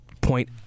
point